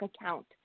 account